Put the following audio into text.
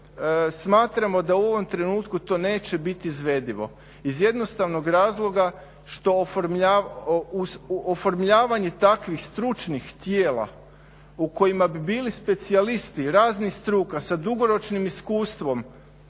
smatramo da u ovom trenutku to neće biti izvedivo iz jednostavnog razloga što oformljavanje takvih stručnih tijela u kojima bi bili specijalisti raznih struka sa dugoročnim iskustvom